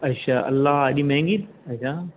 अच्छा अलाह एॾी माहंगी अच्छा